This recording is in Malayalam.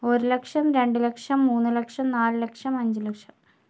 ഒര് ലക്ഷം രണ്ട് ലക്ഷം മൂന്ന് ലക്ഷം നാല് ലക്ഷം അഞ്ച് ലക്ഷം